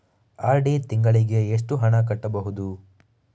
RD ತಿಂಗಳಿಗೆ ಎಷ್ಟು ಹಣ ಕಟ್ಟಬಹುದು?